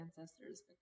ancestors